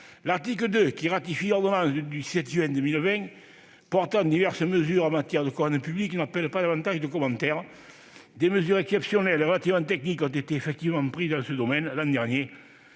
L'article 2, qui ratifie l'ordonnance du 17 juin 2020 portant diverses mesures en matière de commande publique n'appelle pas davantage de commentaires. Des mesures exceptionnelles et relativement techniques ont été effectivement prises dans ce domaine, l'an dernier,